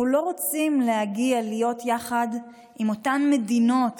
אנחנו לא רוצים להגיע להיות יחד עם אותן מדינות